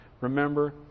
remember